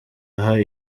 aha